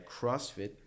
CrossFit